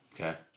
Okay